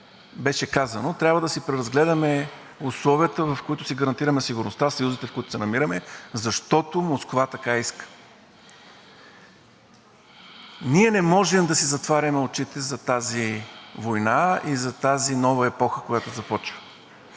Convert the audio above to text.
беше казано, трябва да си преразгледаме условията, в които си гарантираме сигурността, съюзите, в които се намираме, защото Москва така иска. Ние не можем да си затваряме очите за тази война и за тази нова епоха, която започва.